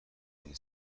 این